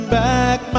back